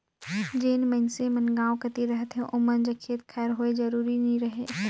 जेन मइनसे मन गाँव कती रहथें ओमन जग खेत खाएर होए जरूरी नी रहें